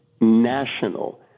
national